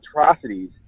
atrocities